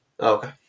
Okay